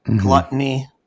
gluttony